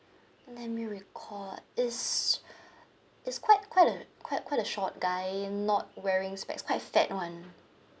let me recall ah it's it's quite quite a quite quite a short guy not wearing spects quite fat [one]